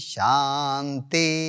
Shanti